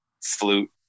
flute